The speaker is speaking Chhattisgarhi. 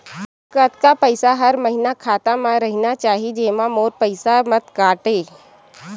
कतका पईसा हर महीना खाता मा रहिना चाही जेमा मोर पईसा मत काटे?